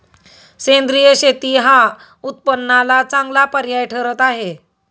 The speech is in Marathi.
सेंद्रिय शेती हा उत्पन्नाला चांगला पर्याय ठरत आहे